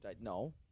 No